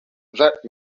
that